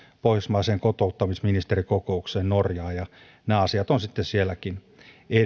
pohjoismaiseen kotouttamisministerikokoukseen norjaan ja nämä asiat ovat sitten sielläkin